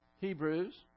Hebrews